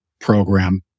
program